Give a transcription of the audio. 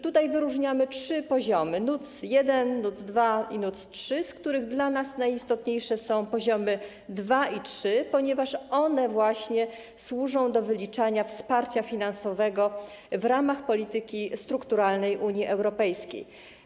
Tutaj wyróżniamy trzy poziomy: NUTS 1, NUTS 2 i NUTS 3, z których dla nas najistotniejsze są poziomy drugi i trzeci, ponieważ one właśnie służą do wyliczania wsparcia finansowego w ramach polityki strukturalnej Unii Europejskiej.